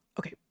okay